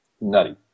Nutty